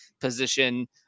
position